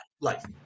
life